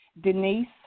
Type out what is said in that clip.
Denise